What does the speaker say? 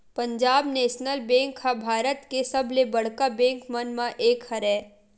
Punjab national bank ह भारत के सबले बड़का बेंक मन म एक हरय